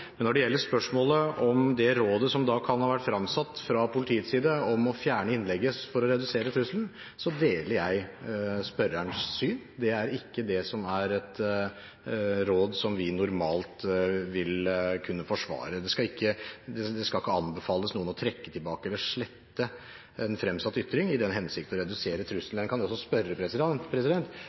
Når det gjelder spørsmålet om det rådet som kan ha vært fremsatt fra politiets side, om å fjerne innlegget for å redusere trusselen, deler jeg spørrerens syn. Det er ikke et råd som vi normalt vil kunne forsvare. Det skal ikke anbefales noen å trekke tilbake eller slette en fremsatt ytring i den hensikt å redusere trusselen. En kan også spørre